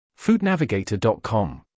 foodnavigator.com